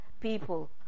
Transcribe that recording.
people